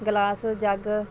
glass Jag